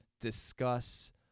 discuss